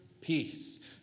peace